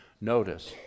Notice